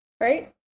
Right